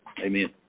Amen